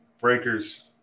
breakers